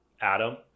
Adam